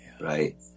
right